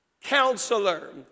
Counselor